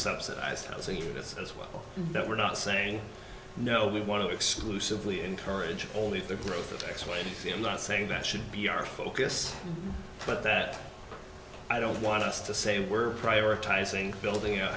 subsidized housing just as well that we're not saying no we want to exclusively encourage only the growth of x y and z i'm not saying that should be our focus but that i don't want us to say we're prioritizing building